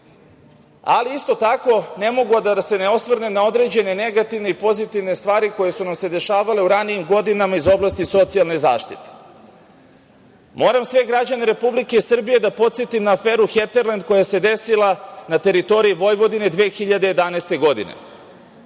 Isto tako, ne mogu a da se ne osvrnem na određene negativne i pozitivne stvari koje su nam se dešavale u ranijim godinama iz oblasti socijalne zaštite. Moram sve građane Republike Srbije da podsetim na aferu „Heterlend“ koja se desila na teritoriji Vojvodine 2011. godine.